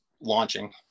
launching